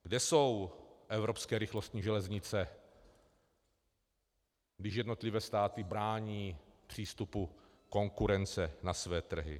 Kde jsou evropské rychlostní železnice, když jednotlivé státy brání v přístupu konkurence na své trhy?